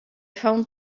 found